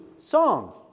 song